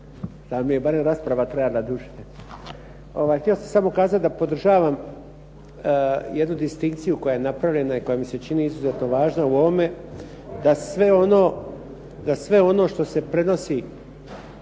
ali mi je barem rasprava trajala duže. Htio sam samo kazati da podržavam jednu distinkciju koja je napravljena i koja mi se čini izuzetno važna u ovome da sve ono što se prenosi